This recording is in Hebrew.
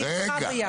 אני איתך ביחד.